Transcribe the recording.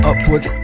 Upward